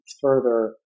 further